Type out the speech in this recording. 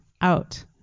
out